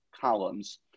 columns